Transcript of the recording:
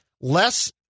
less